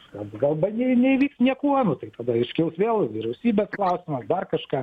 arba gal ne neįvyks niekuo nu tai tada iškils vėl vyriausybės klausimas dar kažką